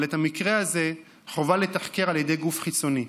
אבל את המקרה הזה חובה לתחקר על ידי גוף חיצוני.